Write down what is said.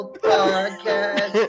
podcast